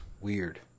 Weird